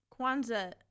Kwanzaa